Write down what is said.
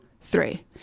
three